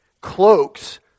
Cloaks